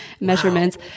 measurements